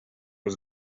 was